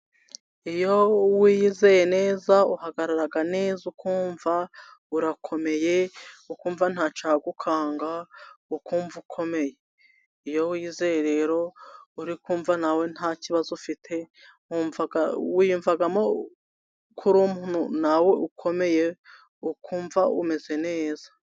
Iyo wizeye neza, uhagarara neza, ukumva urakomeye, ukumva ntacyagukanga, ukumva ukomeye. Iyo wiyizeye rero, uri kumva nawe ntakibazo ufite, wiyumvamo ko nawe uri umuntu ukomeye, ukumva umeze neza.